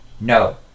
No